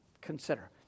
consider